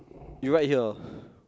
you ride here